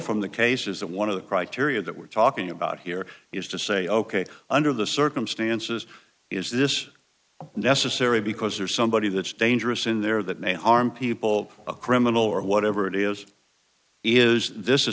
from the cases that one of the criteria that we're talking about here is to say ok under the circumstances is this necessary because there's somebody that's dangerous in there that may harm people a criminal or whatever it is is this a